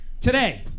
Today